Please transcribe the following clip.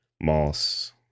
Moss